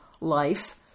life